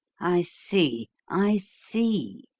i see! i see!